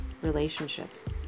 relationship